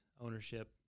ownership